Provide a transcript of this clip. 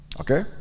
Okay